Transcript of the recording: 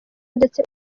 ndetse